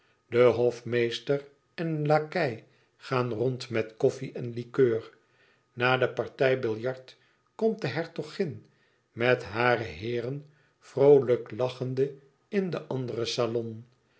de hofmeester en een lakei gaan rond met koffie en likeur na de partij biljart komt de hertogin met hare heeren vroolijk lachende in den anderen salon